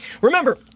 remember